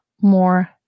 more